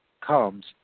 comes